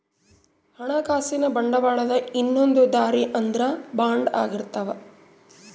ಹಣಕಾಸಿನ ಬಂಡವಾಳದ ಇನ್ನೊಂದ್ ದಾರಿ ಅಂದ್ರ ಬಾಂಡ್ ಆಗಿರ್ತವ